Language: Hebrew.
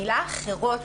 המילה "אחרות"